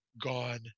gone